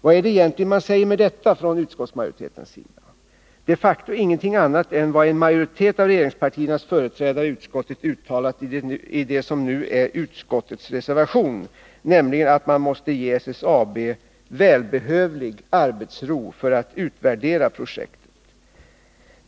Vad är det egentligen man säger med detta från utskottsmajoritetens sida? De facto ingenting annat än vad en majoritet av regeringspartiernas företrädare i utskottet uttalat i det som nu är en reservation, nämligen att man måste ge SSAB välbehövlig arbetsro för utvärdering av projektet.